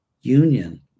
union